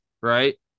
right